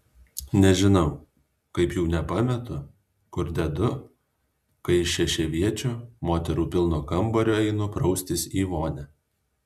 nežinau kaip jų nepametu kur dedu kai iš šešiaviečio moterų pilno kambario einu praustis į vonią